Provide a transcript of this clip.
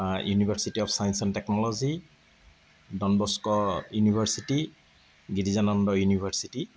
university of science and technology Don Bosco university Girijananda university